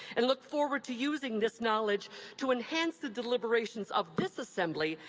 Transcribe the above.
and look forward to using this knowledge to enhance the deliberations of this assembly,